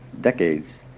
decades